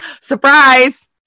Surprise